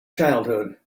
childhood